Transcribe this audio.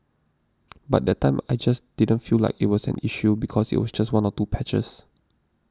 but that time I just didn't feel like it was an issue because it was just one or two patches